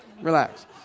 relax